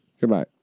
Goodbye